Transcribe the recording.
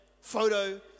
photo